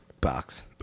Box